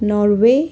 Norway